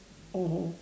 mmhmm